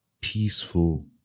peaceful